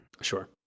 Sure